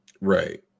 right